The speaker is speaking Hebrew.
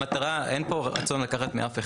אין פה רצון לקחת מאף אחד.